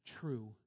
true